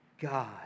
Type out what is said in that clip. God